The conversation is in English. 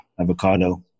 Avocado